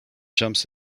jumps